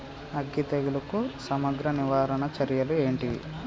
అగ్గి తెగులుకు సమగ్ర నివారణ చర్యలు ఏంటివి?